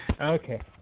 okay